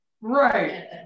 right